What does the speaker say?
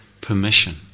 permission